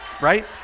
right